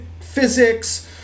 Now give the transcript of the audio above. physics